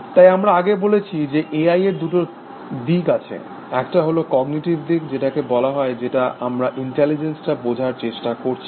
তাই আমরা আগে বলেছি যে এআই এর দুটো দিক আছে একটা হল কগনিটিভ দিক যেখানে বলা হয় যেটা আমরা ইন্টেলিজেন্সটা বোঝার চেষ্টা করছি